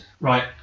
Right